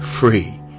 free